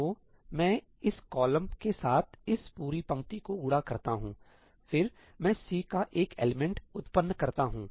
तो मैं इस कॉलम के साथ इस पूरी पंक्ति को गुणा करता हूं फिर मैं C का एक एलिमेंट उत्पन्न करता हूं